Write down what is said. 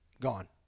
gone